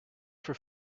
for